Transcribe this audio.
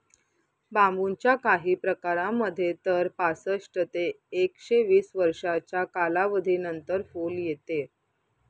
बांबूच्या काही प्रकारांमध्ये तर पासष्ट ते एकशे वीस वर्षांच्या कालावधीनंतर फुल येते